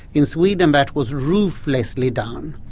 in sweden that was ruthlessly done,